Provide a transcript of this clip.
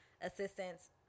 assistance